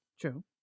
true